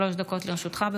שלוש דקות לרשותך.